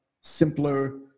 simpler